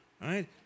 right